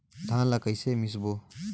धान ला कइसे मिसबो?